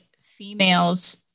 females